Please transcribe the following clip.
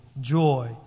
joy